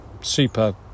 super